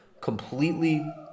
completely